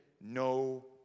no